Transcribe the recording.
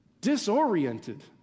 disoriented